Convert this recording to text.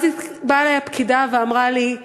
ואז באה אלי הפקידה ואמרה לי: